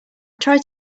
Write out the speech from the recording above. tried